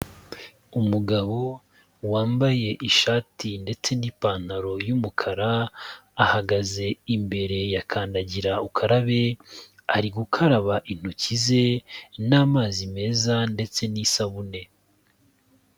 Umugabo wambaye ishati ndetse n'ipantaro y'umukara ahagaze imbere ya kandagirukarabe, ari gukaraba intoki ze n'amazi meza ndetse n'isabune.